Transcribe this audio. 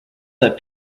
that